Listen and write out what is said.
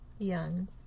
Young